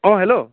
অঁ হেল্ল'